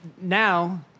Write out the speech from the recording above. now